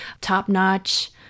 top-notch